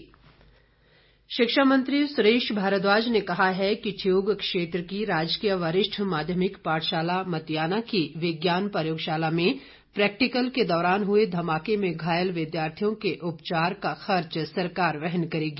सुरेश भारद्वाज शिक्षा मंत्री सुरेश भारद्वाज ने कहा है कि ठियोग क्षेत्र की राजकीय वरिष्ठ माध्यमिक पाठशाला मतियाना की विज्ञान प्रयोगशाला में प्रैक्टिकल के दौरान हुए धमाके के दौरान घायल विद्यार्थियों के उपचार में आने वाला खर्च सरकार वहन करेगी